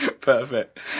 Perfect